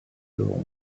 londres